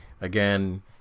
again